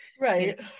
Right